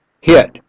Hit